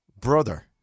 brother